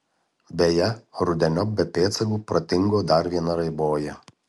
beje rudeniop be pėdsakų pradingo dar viena raiboji